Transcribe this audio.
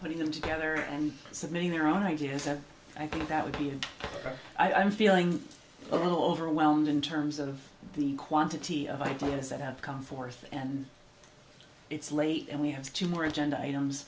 putting them together and submitting their own ideas that i think that would be and i'm feeling a little overwhelmed in terms of the quantity of ideas that have come forth and it's late and we have two more agenda items